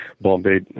Bombay